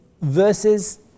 versus